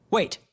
Wait